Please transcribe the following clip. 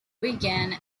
reagan